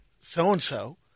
so-and-so